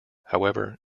however